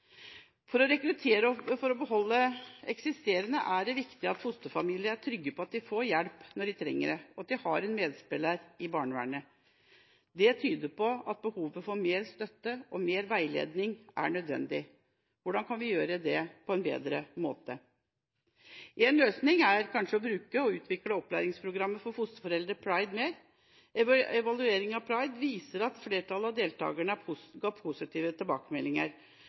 For å rekruttere og beholde eksisterende fosterfamilier er det viktig at fosterfamiliene er trygge på at de får hjelp når de trenger det, og at de har en medspiller i barnevernet. Det tyder på at behovet for mer støtte og mer veiledning er nødvendig. Hvordan kan vi gjøre det på en bedre måte? Én løsning er kanskje å utvikle og bruke opplæringsprogrammet for fosterforeldre, PRIDE, mer. Evalueringa av PRIDE viser at flertallet av deltakerne ga positive tilbakemeldinger